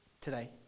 today